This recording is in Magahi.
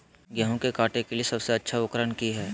गेहूं के काटे के लिए सबसे अच्छा उकरन की है?